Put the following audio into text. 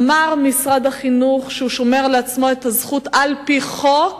אמר משרד החינוך שהוא שומר לעצמו את הזכות על-פי חוק